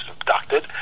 abducted